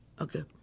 Okay